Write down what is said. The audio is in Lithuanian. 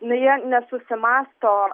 na jie nesusimąsto